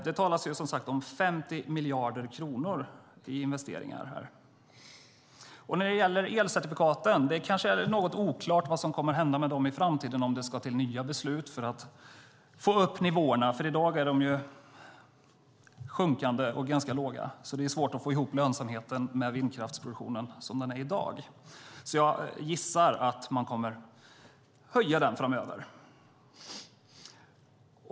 Det talas om 50 miljarder kronor i investeringar här. Det kanske är något oklart vad som kommer att hända med elcertifikaten i framtiden och om det ska till nya beslut för att få upp nivåerna. I dag är de ganska låga och sjunkande. Det är svårt att få ihop lönsamheten i vindkraftsproduktionen som den är i dag. Jag gissar att man kommer att höja den framöver.